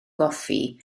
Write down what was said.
goffi